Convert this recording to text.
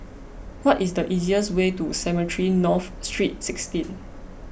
what is the easiest way to Cemetry North St sixteen